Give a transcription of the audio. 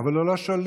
אבל הוא לא שולט.